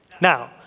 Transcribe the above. Now